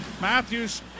Matthews